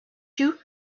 you